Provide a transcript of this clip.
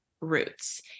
roots